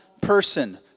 person